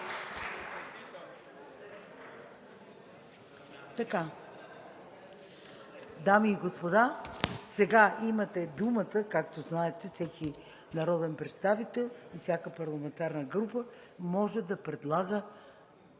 Дами и господа, сега имате думата. Както знаете, всеки народен представител и всяка парламентарна група може да предлага